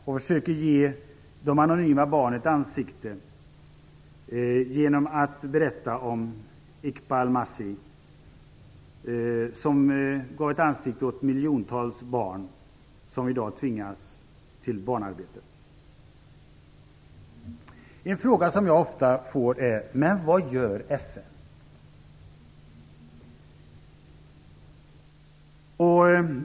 Man försöker att ge de anonyma barnen ett ansikte genom att berätta om Iqbal Masih. Han gav ett ansikte åt de miljontals barn som i dag tvingas till barnarbete. En fråga som jag ofta får är: Men vad gör FN?